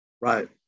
Right